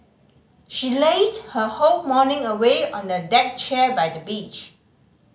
she lazed her whole morning away on a deck chair by the beach